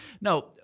No